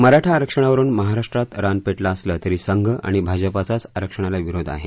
मराठा आरक्षणावरुन महाराष्ट्रात रान पेटलं असलं तरी संघ आणि भाजपाचाच आरक्षणाला विरोध आहे